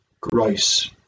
grace